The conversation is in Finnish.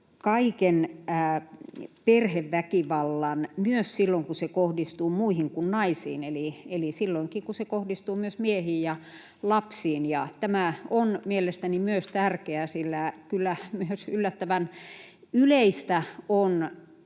kaiken perheväkivallan, myös silloin kun se kohdistuu muihin kuin naisiin eli silloinkin kun se kohdistuu miehiin ja lapsiin. Myös tämä on mielestäni tärkeää, sillä kyllä yllättävän yleistä on